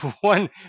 one